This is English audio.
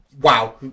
wow